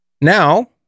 now